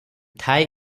tie